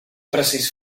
precís